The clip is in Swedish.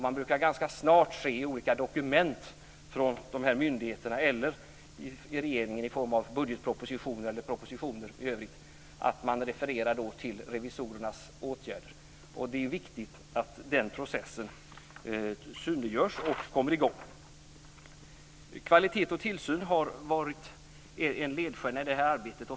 Man brukar ganska snart i olika dokument från berörda myndigheter eller i budgetpropositionen eller propositioner i övrigt se hänvisningar till revisorernas åtgärder. Det är viktigt att den processen kommer i gång och synliggörs. Kvalitet och tillsyn har varit en ledstjärna i det här arbetet.